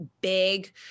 big